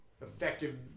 effective